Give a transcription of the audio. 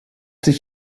sich